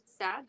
sad